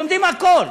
לומדים הכול,